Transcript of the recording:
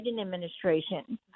administration